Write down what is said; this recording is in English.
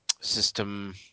system